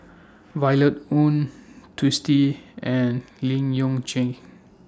Violet Oon Twisstii and Lim Yew Chye